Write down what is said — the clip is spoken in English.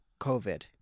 COVID